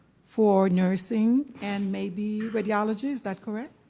for nursing and maybe radiology. is that correct?